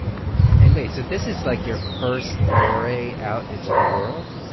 and wait, so this is, like, your first foray out into the world?